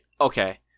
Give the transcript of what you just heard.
okay